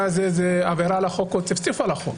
הזה זאת עבירה על החוק או צפצוף על החוק.